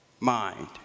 mind